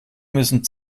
müssen